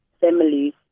families